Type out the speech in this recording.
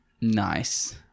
Nice